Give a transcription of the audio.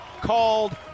called